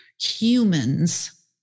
humans